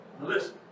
Listen